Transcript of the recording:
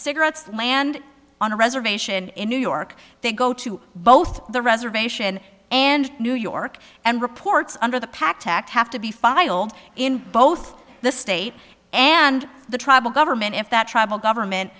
cigarettes land on a reservation in new york they go to both the reservation and new york and reports under the pac tacked have to be filed in both the state and the tribal government if that tribal government